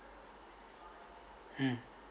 mm